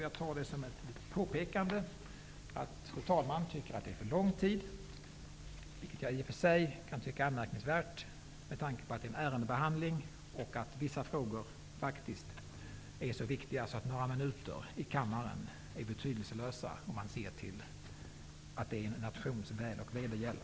Jag tar detta påpekande som att fru talman tycker att det är för lång tid. Det kan jag i och för sig tycka är anmärkningsvärt med tanke på att vi håller på med en ärendebehandling och att vissa frågor faktiskt är så viktiga att några minuter i kammaren är betydelselösa om man ser till att det gäller en nations väl och ve.